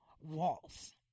walls